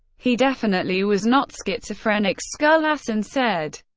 he definitely was not so schizophrenic, skulason said.